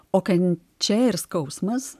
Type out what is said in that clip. o kančia ir skausmas